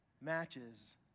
matches